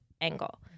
angle